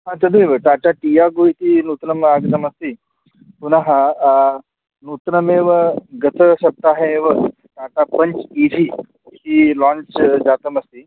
अ तदेव टाटा टियागो इति नूतनम् आगतमस्ति पुनः नूतनम् एव गत सप्ताहे एव टाटा पञ्च ईसि इति लोञ्च जातम् अस्ति